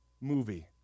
movie